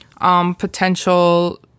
Potential